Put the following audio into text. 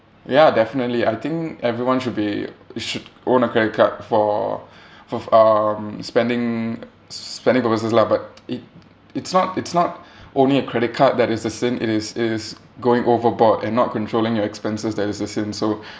ya definitely I think everyone should be should own a credit card for for um spending spending purposes lah but it it's not it's not only a credit card that is a sin it is it is going overboard and not controlling your expenses that is a sin so